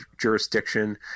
jurisdiction